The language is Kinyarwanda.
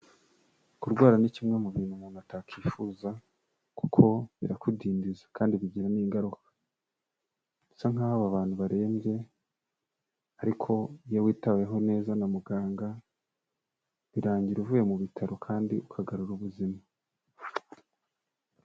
Kurwara ni kimwe mu bintu umuntu atakwifuza kuko birakudindiza kandi bigira n'ingaruka, bisa nkaho aba bantu barembye ariko iyo witaweho neza na muganga, birangira uvuye mu bitaro kandi ukagarura ubuzima.